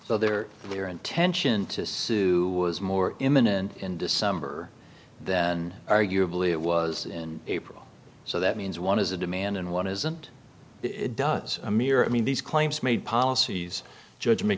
so there really are intention to sue is more imminent in december than arguably it was in april so that means one is a demand and one isn't it does a mirror i mean these claims made policies judg